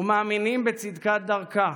ומאמינים בצדקת דרכה.